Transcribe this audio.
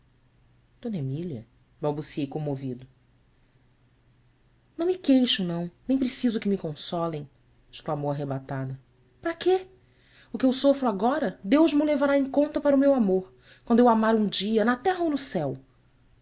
d emília balbuciei comovido ão me queixo não nem preciso que me consolem exclamou arrebatada ara quê o que eu sofro agora deus mo levará em conta para o meu amor quando eu amar um dia na terra ou no céu